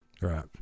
Right